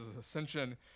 ascension